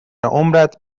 عمرت